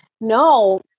No